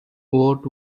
what